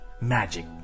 magic